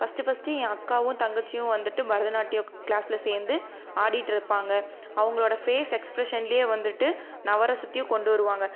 first first என் அக்காவும் தங்கச்சியும் வந்துட்டு பரதநாட்டியம் கிளாஸில் சேர்ந்து ஆடிட்டு இருப்பாங்க அவங்களோடய ஃபேஸ் எக்ஸ்பிரஷன்லேயே வந்துட்டு நவரசத்தையும் கொண்டு வருவாங்க